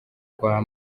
kwa